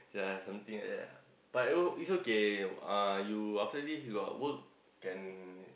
can yea it's something like that ah but it's okay uh you after this you got work can